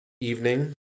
evening